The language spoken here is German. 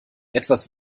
etwas